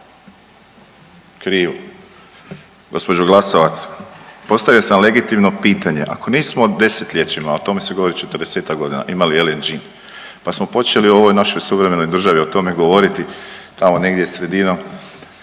krivo, gđo. Glasovac, postavio sam legitimno pitanje. Ako nismo 10-ljećima, a o tome se govori 40-tak godina imali LNG, pa smo počeli u ovoj našoj suvremenoj državi o tome govoriti tamo negdje sredinom